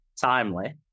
Timely